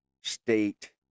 state